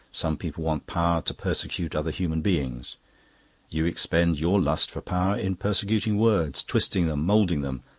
some people want power to persecute other human beings you expend your lust for power in persecuting words, twisting them, moulding them,